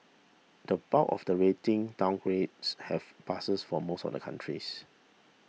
the bulk of the rating downgrades have passes for most of the countries